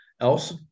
else